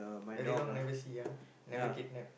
very long never see ah never kidnap